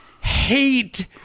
hate